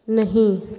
नहीं